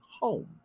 home